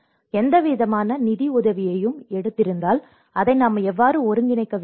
அவர்கள் எந்தவிதமான நிதி உதவியையும் எடுத்திருந்தால் அதை நாம் எவ்வாறு ஒருங்கிணைக்க வேண்டும்